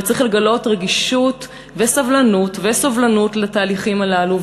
וצריך לגלות רגישות וסבלנות וסובלנות לתהליכים הללו.